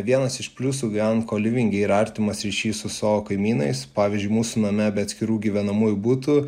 vienas iš pliusų gyvenant kolivinge yra artimas ryšys su savo kaimynais pavyzdžiui mūsų name be atskirų gyvenamųjų butų